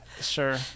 Sure